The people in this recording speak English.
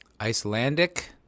Icelandic